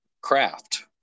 craft